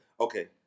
Okay